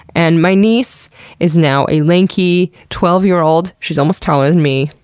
and my niece is now a lanky twelve year old. she's almost taller than me,